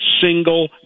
single